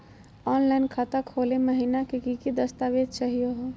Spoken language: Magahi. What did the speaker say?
ऑनलाइन खाता खोलै महिना की की दस्तावेज चाहीयो हो?